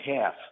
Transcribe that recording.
half